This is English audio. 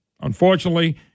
Unfortunately